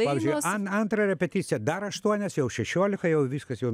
pavyzdžiui an antrą repeticiją dar aštuonias jau šešiolika jau viskas jau